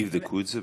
יבדקו את זה.